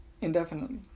Indefinitely